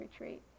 retreat